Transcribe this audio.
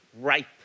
rape